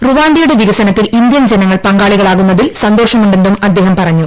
റുവാണ്ടയുടെ വികസനത്തിൽ ഇന്ത്യൻ ജനങ്ങൾ പങ്കാളികളാകുന്നതിൽ സന്തോഷമുണ്ടെന്നും അദ്ദേഹം പറഞ്ഞു